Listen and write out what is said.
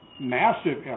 massive